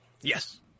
yes